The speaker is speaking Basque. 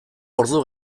ordu